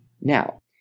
Now